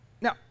Now